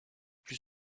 plus